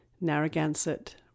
Narragansett